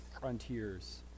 frontiers